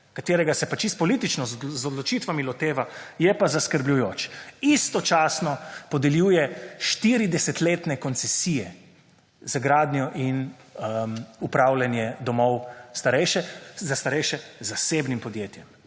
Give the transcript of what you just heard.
katerega se pa čisto politično z odločitvami loteva je pa zaskrbljujoč. Istočasno podeljuje 40 letne koncesije za gradnjo in upravljanje domov za starejše zasebnim podjetjem.